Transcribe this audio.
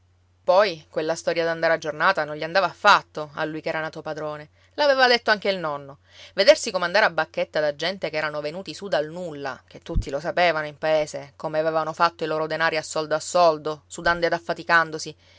poi quella storia d'andare a giornata non gli andava affatto a lui ch'era nato padrone l'aveva detto anche il nonno vedersi comandare a bacchetta da gente che erano venuti su dal nulla che tutti lo sapevano in paese come avevano fatto i loro denari a soldo a soldo sudando ed affaticandosi